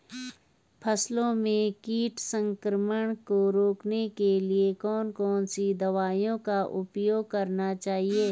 फसलों में कीट संक्रमण को रोकने के लिए कौन कौन सी दवाओं का उपयोग करना चाहिए?